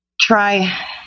try